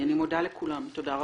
אני מודה לכולם, תודה רבה.